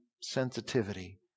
sensitivity